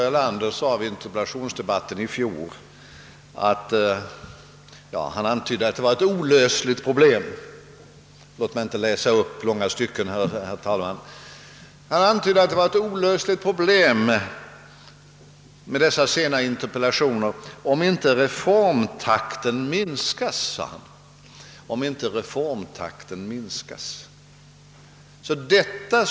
Jag skall inte läsa upp några långa stycken, herr talman, men vid interpellationsdebatten i fjol antydde statsminister Erlander att dessa sena inter 'pellationer var ett olösligt problem, om inte reformtakten skulle minskas.